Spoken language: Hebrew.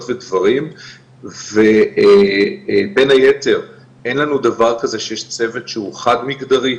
ודברים ובין היתר אין לנו דבר כזה שיש צוות שהוא חד מגדרי,